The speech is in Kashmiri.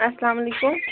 اَسلامُ علیکُم